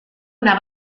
una